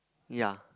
yeah